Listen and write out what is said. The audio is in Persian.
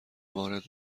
وارد